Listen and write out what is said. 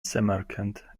samarkand